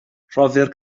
rhoddir